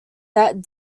that